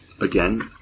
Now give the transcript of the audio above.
again